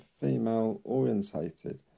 female-orientated